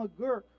McGurk